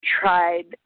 tried